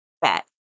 bet